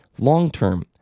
long-term